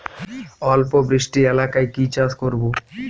অল্প বৃষ্টি এলাকায় কি চাষ করব?